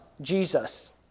Jesus